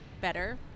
better